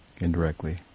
indirectly